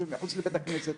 יושבים מחוץ לבית הכנסת.